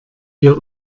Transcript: wir